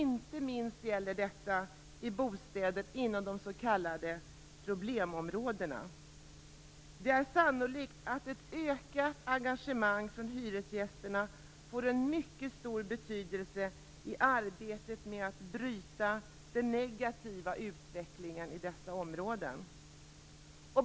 Det gäller inte minst i bostäder inom de s.k. problemområdena. Det är sannolikt att ett ökat engagemang från hyresgästerna får en mycket stor betydelse i arbetet med att bryta den negativa utvecklingen i dessa områden.